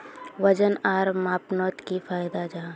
वजन आर मापनोत की फायदा जाहा?